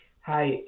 Hi